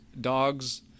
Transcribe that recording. dogs